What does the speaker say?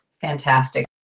Fantastic